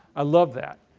i love that.